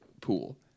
pool